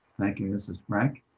thank you, ms. frank.